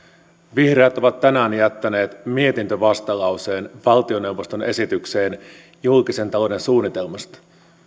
vihreät ovat tänään jättäneet mietintövastalauseen valtioneuvoston esitykseen julkisen talouden suunnitelmasta